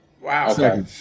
Wow